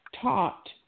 Taught